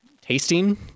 tasting